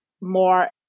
more